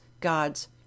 God's